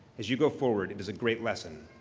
as you go forward it is a great lesson.